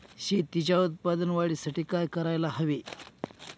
शेतीच्या उत्पादन वाढीसाठी काय करायला हवे?